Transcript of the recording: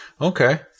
okay